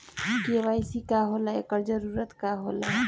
KYC का होला एकर जरूरत का होला?